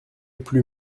plus